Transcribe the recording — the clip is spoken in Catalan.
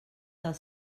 del